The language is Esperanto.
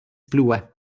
plue